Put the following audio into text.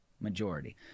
majority